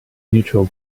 neutral